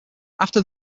after